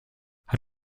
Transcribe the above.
hat